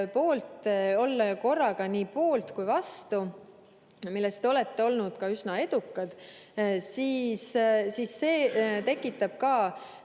üritate olla korraga nii poolt kui ka vastu, milles te olete olnud üsna edukad, siis see tekitab